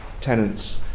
tenants